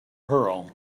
pearl